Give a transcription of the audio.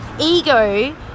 ego